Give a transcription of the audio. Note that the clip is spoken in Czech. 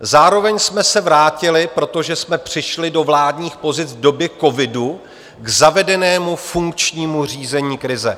Zároveň jsme se vrátili, protože jsme přišli do vládních pozic v době covidu, k zavedenému funkčnímu řízení krize.